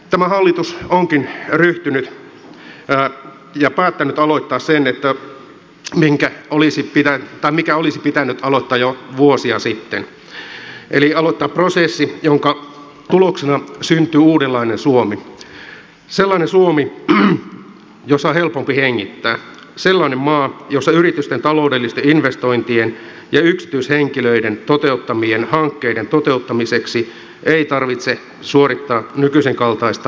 tämä hallitus onkin päättänyt aloittaa sen mikä olisi pitänyt aloittaa jo vuosia sitten eli aloittaa prosessin jonka tuloksena syntyy uudenlainen suomi sellainen suomi jossa on helpompi hengittää sellainen maa jossa yritysten taloudellisten investointien ja yksityishenkilöiden toteuttamien hankkeiden toteuttamiseksi ei tarvitse suorittaa nykyisen kaltaista sääntömaratonia